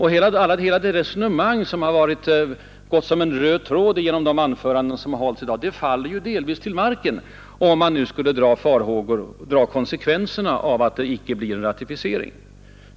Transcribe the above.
Hela det resonemang som gått som en röd tråd genom de anföranden som hållits i dag skulle alltså falla till marken, om man skall dra de konsekvenser regeringen gör av att det inte blir någon ratificering.